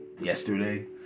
yesterday